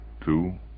Two